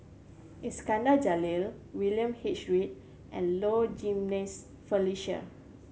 Iskandar Jalil William H Read and Low Jimenez Felicia